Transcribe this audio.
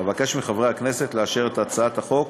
אבקש מחברי הכנסת לאשר את הצעת החוק